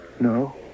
No